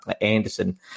Anderson